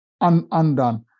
undone